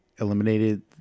eliminated